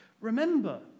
remember